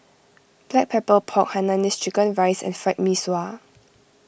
Black Pepper Pork Hainanese Chicken Rice and Fried Mee Sua